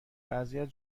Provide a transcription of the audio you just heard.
وضعیت